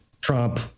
Trump